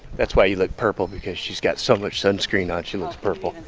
that's why you look purple because she's got so much sunscreen on she looks purple.